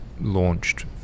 launched